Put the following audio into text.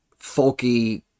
folky